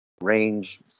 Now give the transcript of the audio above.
range